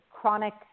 chronic